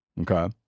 Okay